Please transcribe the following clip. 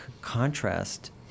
contrast